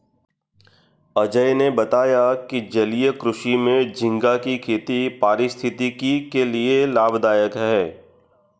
अजय ने बताया कि जलीय कृषि में झींगा की खेती पारिस्थितिकी के लिए लाभदायक है